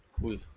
Cool